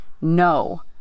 no